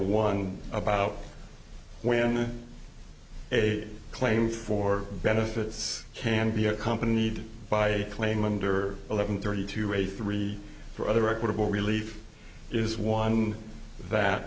one about when a claim for benefits can be accompanied by a claim under eleven thirty two re three for other equitable relief is one that